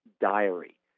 diary